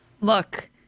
Look